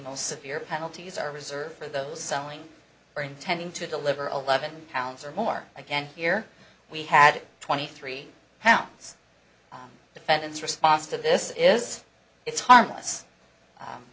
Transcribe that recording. most severe penalties are reserved for those selling or intending to deliver eleven pounds or more again here we had twenty three pounds defendants response to this is it's harmless